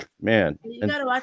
Man